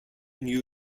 new